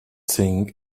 think